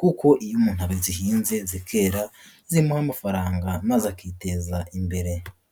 kuko iyo umuntu azihinze zikera, zimuha amafaranga maze akiteza imbere.